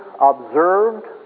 observed